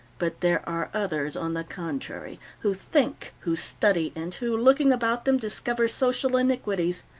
but there are others, on the contrary, who think, who study, and who, looking about them, discover social iniquities.